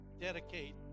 dedicate